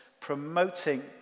promoting